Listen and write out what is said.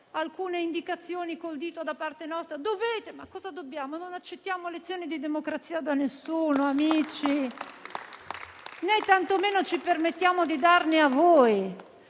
alcune indicazioni con il dito da parte vostra: «Dovete». Ma cosa dobbiamo fare? Non accettiamo lezioni di democrazia da nessuno, amici, né tantomeno ci permettiamo di darne a voi.